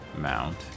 mount